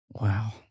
Wow